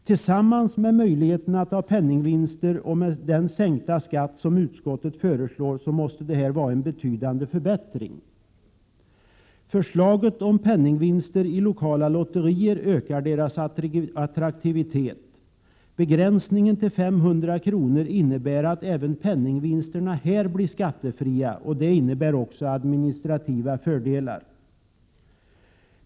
Tillsammans med möjligheten att ha penningvinster och den skattesänkning som utskottet föreslår måste dessa åtgärder vara en betydande förbättring. Förslaget om penningvinster i lokala lotterier ökar deras attraktivitet. Begränsningen till 500 kr. innebär att även penningvinsterna här blir skattefria. Det innebär också administrativa fördelar.